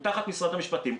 הוא תחת משרד המשפטים.